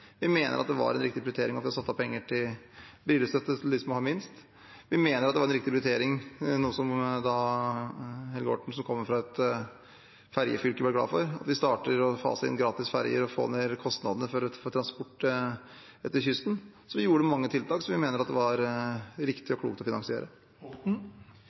av penger til brillestøtte til dem som har minst. Vi mener det var en riktig prioritering, som Helge Orten som kommer fra et fergefylke bør være glad for, å starte med å fase inn gratis ferge og få ned kostnadene for transport langs kysten. Vi gjorde mange tiltak som vi mener det var riktig